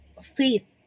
faith